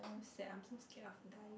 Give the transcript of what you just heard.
so sad I'm so scared of dying